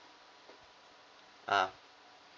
ah